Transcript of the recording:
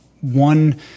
one